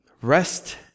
rest